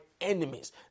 enemies